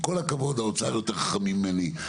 עם כל הכבוד, האוצר יותר חכמים ממני.